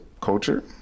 culture